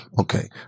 Okay